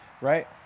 right